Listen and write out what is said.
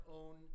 own